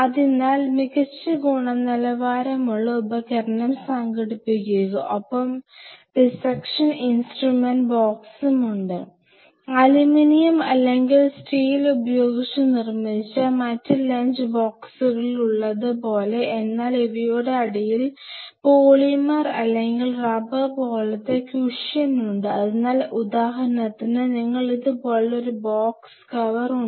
അതിനാൽ മികച്ച ഗുണനിലവാരമുള്ള ഉപകരണം സംഘടിപ്പിക്കുക ഒപ്പം ഡിസെക്ഷൻ ഇൻസ്ട്രുമെന്റ് ബോക്സും ഉണ്ട് അലുമിനിയം അല്ലെങ്കിൽ സ്റ്റീൽ ഉപയോഗിച്ച് നിർമ്മിച്ച മറ്റ് ലഞ്ച് ബോക്സുകളിൽ ഉള്ളത് പോലെ എന്നാൽ ഇവയുടെ അടിയിൽ പോളിമർ അല്ലെങ്കിൽ റബ്ബർപോലത്തെ ക്യൂഷൻ ഉണ്ട് അതിനാൽ ഉദാഹരണത്തിന് നിങ്ങൾക്ക് ഇതുപോലുള്ള ഒരു ബോക്സ് കവർ ഉണ്ട്